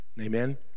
Amen